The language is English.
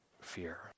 fear